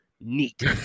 Neat